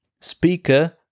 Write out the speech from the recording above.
speaker